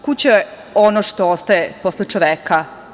Kuća je ono što ostaje posle čoveka.